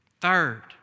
Third